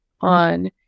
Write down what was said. on